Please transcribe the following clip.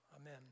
amen